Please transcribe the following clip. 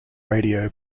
radio